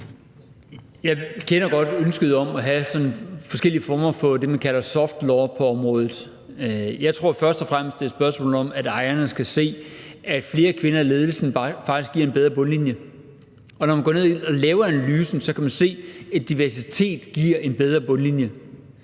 Jeg kender godt ønsket om at have sådan forskellige former for det, man kalder soft law, på området. Jeg tror først og fremmest, det er et spørgsmål om, at ejerne skal se, at flere kvinder i ledelsen faktisk giver en bedre bundlinje. Når man går ned og laver analysen, kan man se, at diversitet giver en bedre bundlinje,